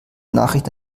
nachricht